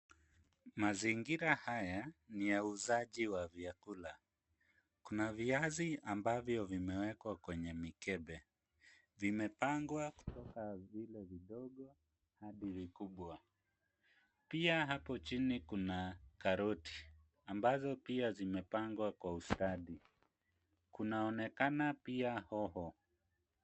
Mazingira haya ni ya uuzaji wa vyakula. Kuna viazi ambavyo vimewekwa kwenye mikebe. Vimepangwa kutoka vile vidogo hadi vikubwa. Pia hapo chini kuna karoti ambazo pia zimepangwa kwa ustadi. Kunaonekana pia hoho.